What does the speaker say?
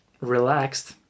relaxed